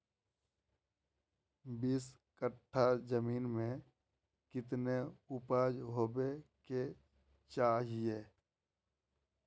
बीस कट्ठा जमीन में कितने उपज होबे के चाहिए?